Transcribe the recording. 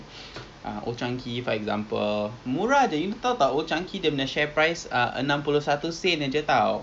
tapi masalahnya some some stocks dia orang tak how to say dia orang tak syariah on client [tau] so nanti dia orang tak